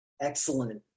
Excellent